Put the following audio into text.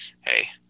hey –